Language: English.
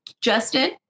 Justin